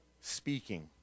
speaking